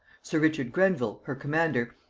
sir richard grenville her commander,